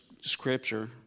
scripture